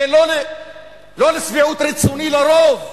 זה לא לשביעות רצוני לרוב,